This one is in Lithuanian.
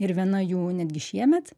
ir viena jų netgi šiemet